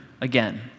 again